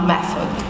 Method